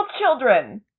children